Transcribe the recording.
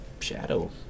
shadow